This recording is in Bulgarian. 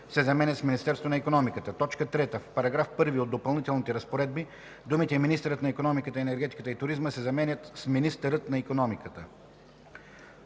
се заменят с „Министерството на икономиката”. 3. В § 1 от Допълнителните разпоредби думите „министърът на икономиката, енергетиката и туризма” се заменят с „министърът на икономиката”.”